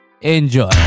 enjoy